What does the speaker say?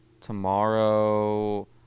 Tomorrow